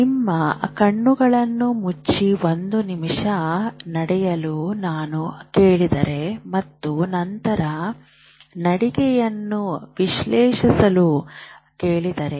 ನಿಮ್ಮ ಕಣ್ಣುಗಳನ್ನು ಮುಚ್ಚಿ ಒಂದು ನಿಮಿಷ ನಡೆಯಲು ನಾನು ಕೇಳಿದರೆ ಮತ್ತು ನಂತರ ನಡಿಗೆಯನ್ನು ವಿಶ್ಲೇಷಿಸಲು ಕೇಳಿದರೆ